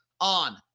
on